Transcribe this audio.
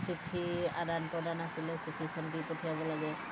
চিঠি আদান প্ৰদান আছিলে চিঠিখন দি পঠিয়াব লাগে